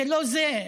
זה לא זה,